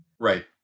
Right